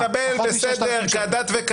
אני מקבל כשת וכדין.